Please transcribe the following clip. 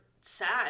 sad